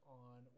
on